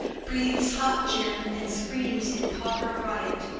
breathes hot gin, and screams in pauper riot.